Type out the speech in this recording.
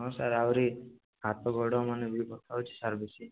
ହଁ ସାର୍ ଆହୁରି ହାତ ଗୋଡ଼ ମାନେ ବି ବଥା ହେଉଛି ସାର୍ ବେଶୀ